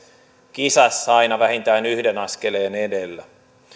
kisassa valitettavasti aina vähintään yhden askeleen edellä